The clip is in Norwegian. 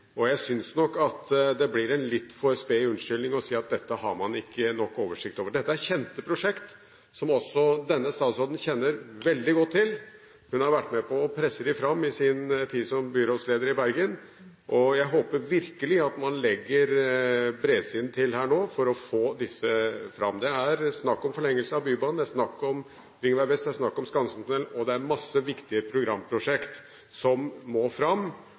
Jeg syns nok det blir en litt for sped unnskyldning å si at dette har man ikke nok oversikt over. Dette er kjente prosjekter, som også denne statsråden kjenner veldig godt til. Hun har i sin tid som byrådsleder i Bergen vært med på å presse dem fram, og jeg håper virkelig at man legger bredsiden til her nå for å få disse fram. Det er snakk om en forlengelse av Bybanen, det er snakk om Ringveg Vest, det er snakk om Skansentunnelen – og det er mange viktige programprosjekter som må fram.